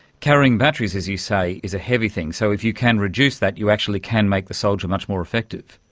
carrying batteries, as you say, is a heavy thing, so if you can reduce that you actually can make the soldier much more effective.